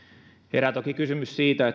herää toki kysymys siitä